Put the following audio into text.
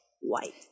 White